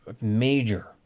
major